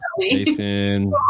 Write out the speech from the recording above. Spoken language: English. Jason